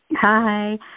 Hi